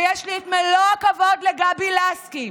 ויש לי את מלוא הכבוד לגבי לסקי,